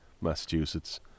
Massachusetts